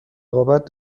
رقابت